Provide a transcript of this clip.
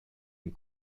une